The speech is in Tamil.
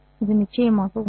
இது நிச்சயமாக உண்மை